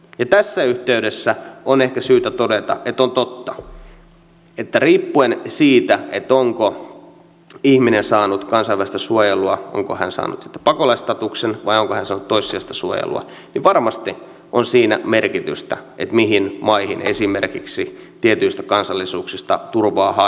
ja tässä yhteydessä on ehkä syytä todeta että on totta että riippuen siitä onko ihminen saanut kansainvälistä suojelua onko hän saanut pakolaisstatuksen vai onko hän saanut toissijaista suojelua varmasti on sillä merkitystä mihin maihin esimerkiksi tietyistä kansallisuuksista turvaa haetaan